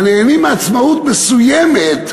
הנהנים מעצמאות מסוימת,